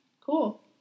Cool